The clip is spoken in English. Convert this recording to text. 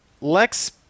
Lex